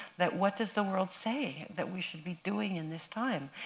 that what does the world say that we should be doing in this time?